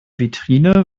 vitrine